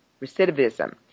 recidivism